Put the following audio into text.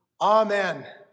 Amen